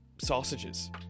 sausages